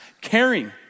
caring